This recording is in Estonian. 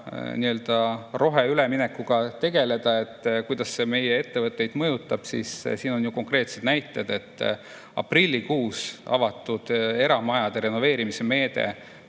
roheüleminekuga tegeleda ja kuidas see meie ettevõtteid mõjutab, siis siin on ju konkreetsed näited. Aprillikuus avatud eramajade renoveerimise meede